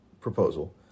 proposal